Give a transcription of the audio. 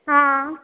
हां